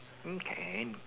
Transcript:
mm can